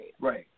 Right